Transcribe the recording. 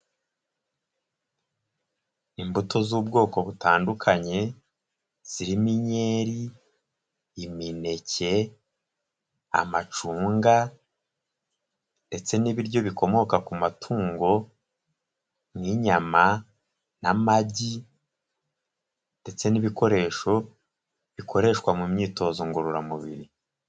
Imbuto z'ubwoko butandukanye, zirimo inyeri, imineke, amacunga ndetse n'ibiryo bikomoka ku matungo nk'inyama n'amagi ndetse n'ibikoresho bikoreshwa mu myitozo ngororamubiri.